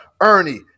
Ernie